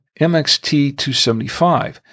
MXT275